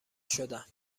شدم